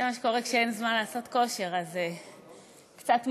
זה מה שקורה כשאין זמן לעשות כושר, אז קצת מדרגות.